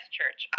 church